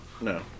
No